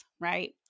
right